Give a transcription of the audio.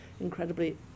incredibly